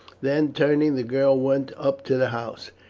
then turning, the girl went up to the house.